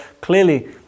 clearly